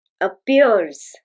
appears